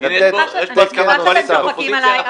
לתת --- אני שמחה שאתם צוחקים עליי,